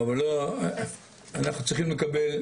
אבל אנחנו צריכים לקבל,